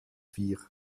vier